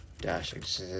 dash